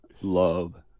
love